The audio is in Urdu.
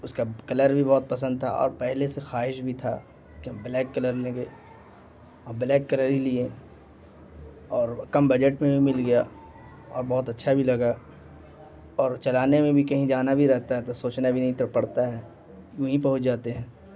اس کا کلر بھی بہت پسند تھا اور پہلے سے خواہش بھی تھا کہ ہم بلیک کلر لیں گئے اور بلیک کلر ہی لیے اور کم بجٹ میں بھی مل گیا اور بہت اچھا بھی لگا اور چلانے میں بھی کہیں جانا بھی رہتا ہے تو سوچنا بھی نہیں تور پڑتا ہے وںیں پہنچ جاتے ہیں